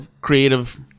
creative